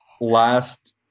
last